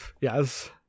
Yes